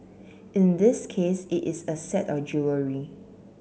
in this case it is a set of jewellery